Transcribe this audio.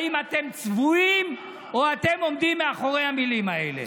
האם אתם צבועים או שאתם עומדים מאחורי המילים האלה.